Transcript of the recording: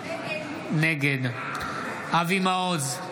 נגד אבי מעוז,